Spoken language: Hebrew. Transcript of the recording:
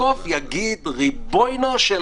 יגיד, ריבונו של